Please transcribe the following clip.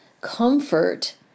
comfort